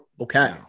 Okay